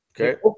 Okay